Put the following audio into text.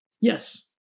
Yes